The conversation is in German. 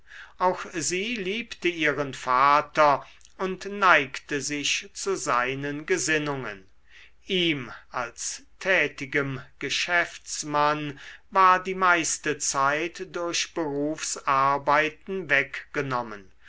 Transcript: auch sie liebte ihren vater und neigte sich zu seinen gesinnungen ihm als tätigem geschäftsmann war die meiste zeit durch berufsarbeiten weggenommen